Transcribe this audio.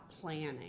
planning